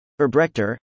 Erbrechter